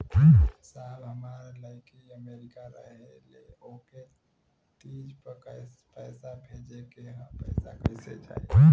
साहब हमार लईकी अमेरिका रहेले ओके तीज क पैसा भेजे के ह पैसा कईसे जाई?